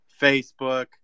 Facebook